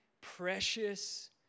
precious